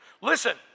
Listen